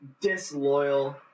disloyal